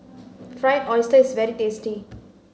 fried oyster is very tasty